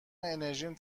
انرژیم